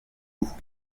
août